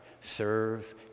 serve